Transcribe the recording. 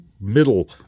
middle